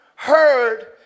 heard